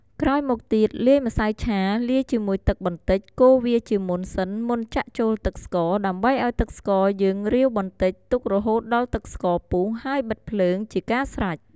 ក្រោយមកទៀតលាយម្សៅឆាលាយជាមួយទឹកបន្តិចកូរវាជាមុនសិនមុនចាក់ចូលទឹកស្ករដើម្បីឲ្យទឹកស្ករយើងរាវបន្តិចទុករហូតដល់ទឹកស្ករពុះហើយបិទភ្លើងជាការស្រេច។